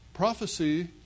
prophecy